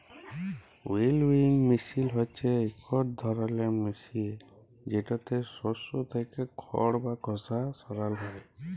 উইলউইং মিশিল হছে ইকট ধরলের মিশিল যেটতে শস্য থ্যাইকে খড় বা খসা সরাল হ্যয়